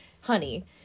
honey